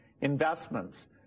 investments